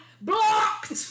Blocked